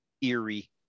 eerie